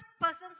persons